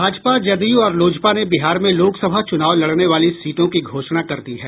भाजपा जदयू और लोजपा ने बिहार में लोकसभा चुनाव लड़ने वाली सीटों की घोषणा कर दी है